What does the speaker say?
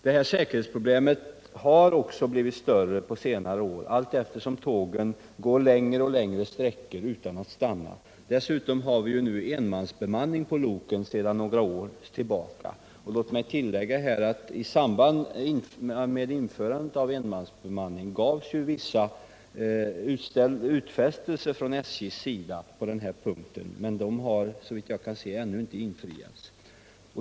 Detta säkerhetsproblem har blivit större på senare år, allteftersom tågen går längre och längre sträckor utan att stanna. Dessutom har vi nu sedan några år tillbaka enmansbemanning på tågen. Låt mig här tillägga att i samband med införandet av enmansbemanning gavs vissa utfästelser från SJ:s sida på denna punkt, men de har såvitt jag kan finna ännu inte infriats.